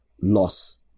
loss